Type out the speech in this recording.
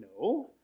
No